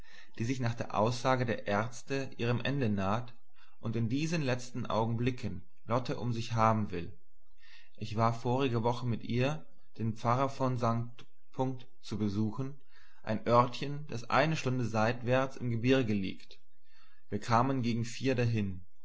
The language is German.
die sich nach der aussage der ärzte ihrem ende naht und in diesen letzten augenblicken lotten um sich haben will ich war vorige woche mir ihr den pfarrer von st zu besuchen ein örtchen das eine stunde seitwärts im gebirge liegt wir kamen gegen vier dahin